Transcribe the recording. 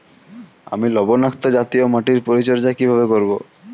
আমি লবণাক্ত জাতীয় মাটির পরিচর্যা কিভাবে করব?